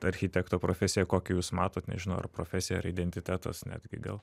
architekto profesija kokią jūs matot nežinau ar profesija ar identitetas netgi gal